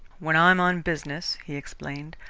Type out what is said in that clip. when i am on business, he explained,